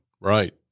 right